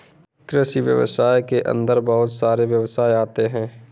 कृषि व्यवसाय के अंदर बहुत सारे व्यवसाय आते है